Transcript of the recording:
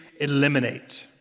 eliminate